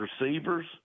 receivers